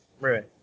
Right